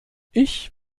ich